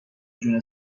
جون